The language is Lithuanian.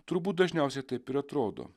turbūt dažniausiai taip ir atrodo